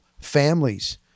families